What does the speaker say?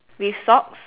with socks